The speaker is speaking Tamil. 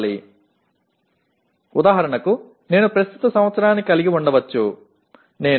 எடுத்துக்காட்டாக நான் நடப்பு ஆண்டைக் கொண்டிருக்கலாம் நான் 0